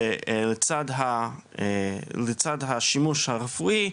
ולצד השימוש הרפואי,